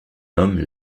homme